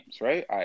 right